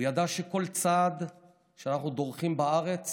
הוא ידע שכל צעד שאנחנו דורכים בארץ